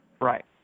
Right